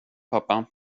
pappa